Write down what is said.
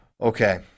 Okay